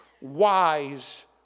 wise